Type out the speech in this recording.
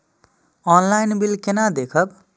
Online bill केना देखब?